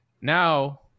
Now